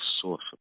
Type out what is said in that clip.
source